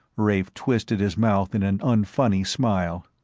rafe twisted his mouth in an un-funny smile.